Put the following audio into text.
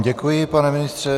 Děkuji vám, pane ministře.